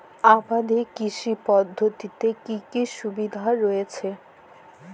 আবাদ কৃষি পদ্ধতির কি কি সুবিধা রয়েছে?